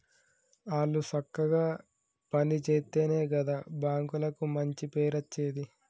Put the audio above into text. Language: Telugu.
ఆళ్లు సక్కగ పని జేత్తెనే గదా బాంకులకు మంచి పేరచ్చేది